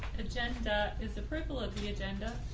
agenda is approval of the agenda.